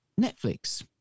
Netflix